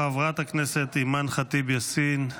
חברת הכנסת אימאן ח'טיב יאסין,